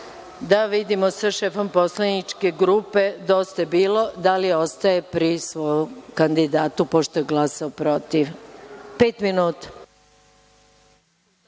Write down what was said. da vidimo sa šefom poslaničke grupe Dosta je bilo, da li ostaje pri svom kandidatu pošto je glasao protiv.